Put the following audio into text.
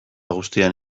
guztian